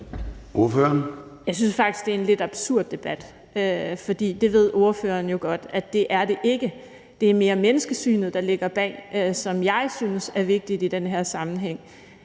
Jeg synes faktisk, det er en lidt absurd debat. For det ved fru Camilla Fabricius jo godt at det ikke er. Det er mere menneskesynet, der ligger bag, som jeg synes er vigtigt i den her sammenhæng.